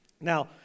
Now